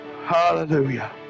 Hallelujah